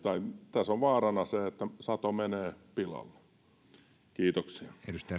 tässä on vaarana se että sato menee pilalle kiitoksia